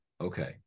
Okay